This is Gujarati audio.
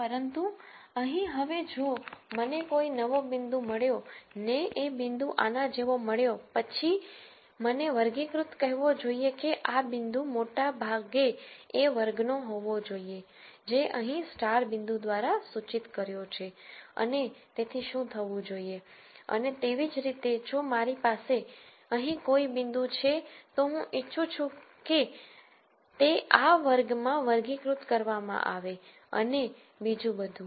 પરંતુ અહીં હવે જો મને કોઈ નવો પોઈન્ટ મળ્યો ને એ પોઈન્ટ આના જેવો મળ્યો પછી મને વર્ગીકૃત કહેવો જોઈએ કે આ પોઈન્ટ મોટા ભાગે એ વર્ગ નો હોવો જોઈએ કે જે અહીં સ્ટાર પોઈન્ટ દ્વારા સૂચિત કર્યો છે અને તેથી શું થવું જોઈએ અને તેવી જ રીતે જો મારી પાસે અહીં કોઈ પોઈન્ટ છે તો હું ઇચ્છું છું કે તે આ વર્ગમાં વર્ગીકૃત કરવામાં આવે અને બીજું બધું